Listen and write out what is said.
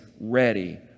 ready